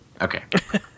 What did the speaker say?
Okay